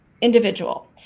individual